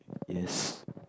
yes